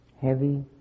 heavy